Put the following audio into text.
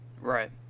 Right